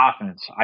offense